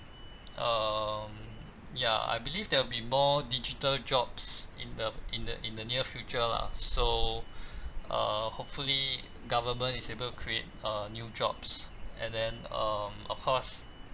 um ya I believe there will be more digital jobs in the in the in the near future lah so uh hopefully government is able create uh new jobs and then um of course